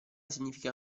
significa